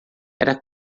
era